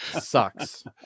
sucks